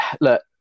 look